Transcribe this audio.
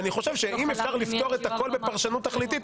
אני חושב שאם אפשר לפתור את הכול בפרשנות תכליתית,